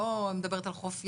אני לא מדברת על חוף ים,